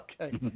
okay